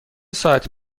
ساعتی